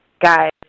guys